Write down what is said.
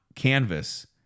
Canvas